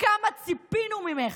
כמה ציפינו ממך.